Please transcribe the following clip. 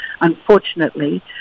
unfortunately